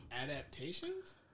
adaptations